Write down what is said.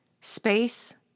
space